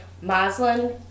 Maslin